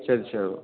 சரி சரி ஓ